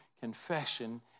confession